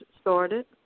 started